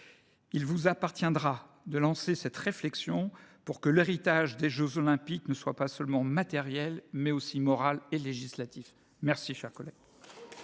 il vous appartiendra de lancer cette réflexion pour que l’héritage des jeux Olympiques soit non seulement matériel, mais aussi moral et législatif. La parole est